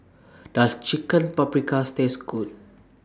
Does Chicken Paprikas Taste Good